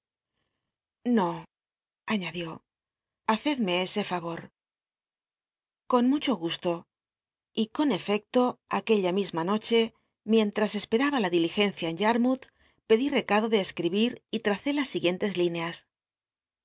no aiiadió hacedme ese farot con mu cho gusto y co n efécto aquella misliligencia en yatma noche mientras cspctaha la c mouth pedí recado de csl rihir y ttacé las siguientes lineas